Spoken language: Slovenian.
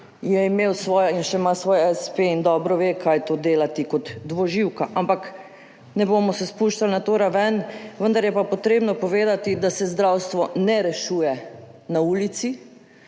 je imel svoj in še ima svoj espe in dobro ve, kaj to delati kot dvoživka, ampak ne bomo se spuščali na to raven, vendar je pa treba povedati, da se zdravstva ne rešuje na ulici,